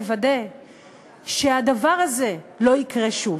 לוודא שהדבר הזה לא יקרה שוב,